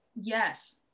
Yes